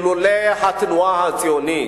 אילולא התנועה הציונית,